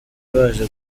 baje